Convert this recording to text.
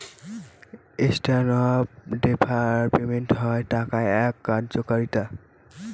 standard of deferred payment হল টাকার এক কার্যকারিতা